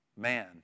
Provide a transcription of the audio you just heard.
man